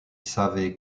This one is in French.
save